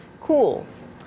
cools